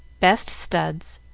best studs,